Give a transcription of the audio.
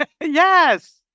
Yes